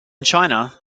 china